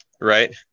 Right